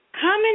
Common